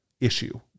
issue